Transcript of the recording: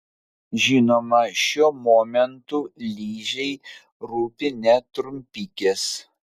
žinoma šiuo momentu ližei rūpi ne trumpikės